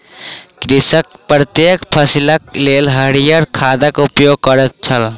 कृषक प्रत्येक फसिलक लेल हरियर खादक उपयोग करैत छल